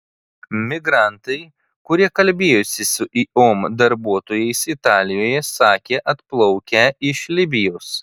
migrantai kurie kalbėjosi su iom darbuotojais italijoje sakė atplaukę iš libijos